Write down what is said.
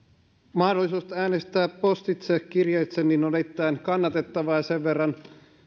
mahdollisuudesta äänestää postitse kirjeitse on erittäin kannatettava sen verran